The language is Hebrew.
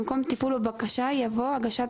במקום "טיפול בבקשה" יבוא "הגשת